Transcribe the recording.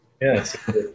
Yes